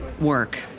work